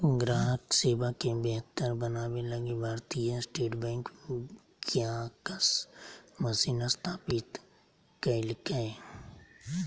ग्राहक सेवा के बेहतर बनाबे लगी भारतीय स्टेट बैंक कियाक्स मशीन स्थापित कइल्कैय